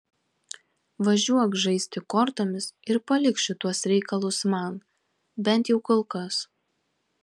važiuok žaisti kortomis ir palik šituos reikalus man bent jau kol kas